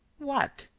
what?